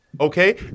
Okay